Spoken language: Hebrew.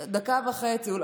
דקה וחצי.